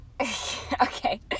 okay